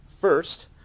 First